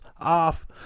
off